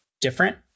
different